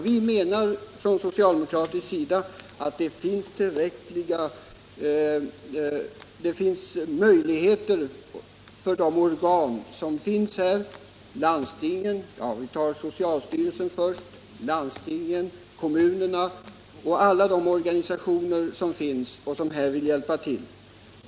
Vi menar från socialdemokratins sida att det redan finns möjligheter; vi har socialstyrelsen, landstingen, kommunerna och de organisationer som finns och som vill hjälpa till.